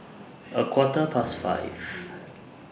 A Quarter Past five